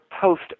post